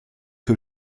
que